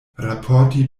raporti